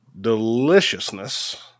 Deliciousness